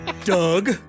Doug